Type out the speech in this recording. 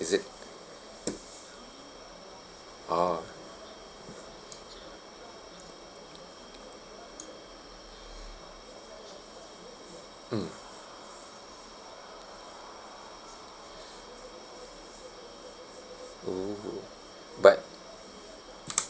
is it orh mm mmhmm but